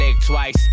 twice